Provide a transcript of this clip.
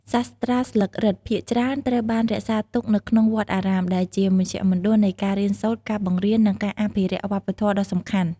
សាស្រ្តាស្លឹករឹតភាគច្រើនត្រូវបានរក្សាទុកនៅក្នុងវត្តអារាម ដែលជាមជ្ឈមណ្ឌលនៃការរៀនសូត្រ ការបង្រៀន និងការអភិរក្សវប្បធម៌ដ៏សំខាន់។